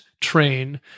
train